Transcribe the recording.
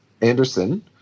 Anderson